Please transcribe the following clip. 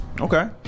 Okay